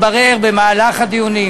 התברר במהלך הדיונים,